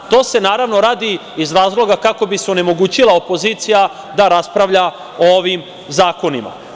To se naravno radi iz razloga kako bi se onemogućila opozicija da raspravlja o ovim zakonima.